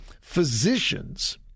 physicians